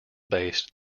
based